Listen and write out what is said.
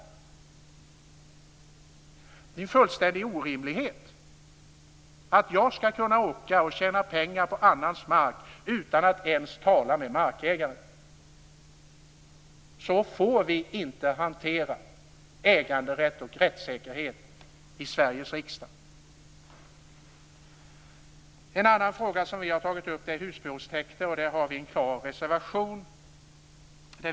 Det är fullständigt orimligt att jag skall kunna tjäna pengar på annans mark utan att ens tala med markägaren. Så får vi inte hantera äganderätt och rättssäkerhet i Sveriges riksdag. En annan fråga som vi har tagit upp gäller husbehovstäkter, och där har vi en klar reservation.